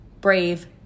brave